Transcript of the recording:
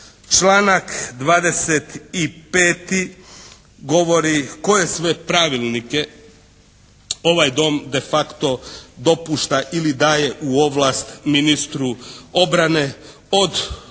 Članak 25. govori koje sve pravilnike ovaj dom de facto dopušta ili daje u ovlast ministru obrane od onoga